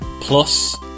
Plus